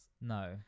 no